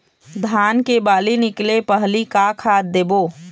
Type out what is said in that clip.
धान के बाली निकले पहली का खाद देबो?